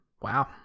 Wow